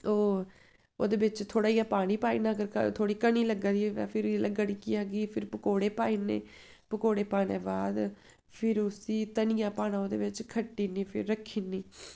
ओह् ओह्दे बिच्च थोड़ा जनेहा पानी पाई ओड़ना गड़का थोह्ड़ी घनी लगा दी होग ते फिर जेल्लै गड़की जाग फिर ओह्दे च पकौड़े पाई ओड़ने पकौड़े पाने दे बाद फिर उस्सी धनिया पाना ओह्दे बिच्च खट्टी ओड़नी फिर रक्खी ओड़नी